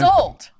old